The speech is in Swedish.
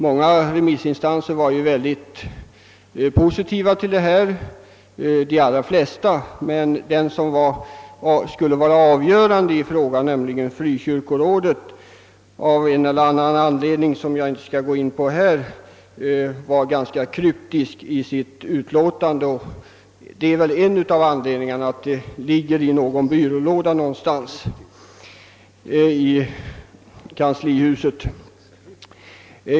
Många remissinstanser ställde sig mycket positiva till detta förslag — det gällde de allra flesta — men den remissinstans som skulle vara avgörande i frågan, nämligen frikyrkorådet, var av en eller annan anledning, som jag inte skall gå in på här, ganska kryptisk i sitt utlåtande. Detta är väl en av anledningarna till att förslaget ligger i någon byrålåda någonstans i kanslihuset.